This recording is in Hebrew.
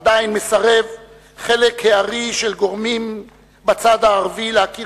עדיין מסרב חלק הארי של גורמים בצד הערבי להכיר